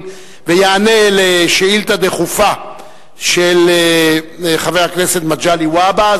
ויענה על שאילתא דחופה של חבר הכנסת מגלי והבה,